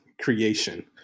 creation